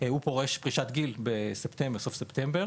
הוא פורש פרישת גיל בסוף ספטמבר.